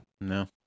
No